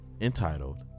entitled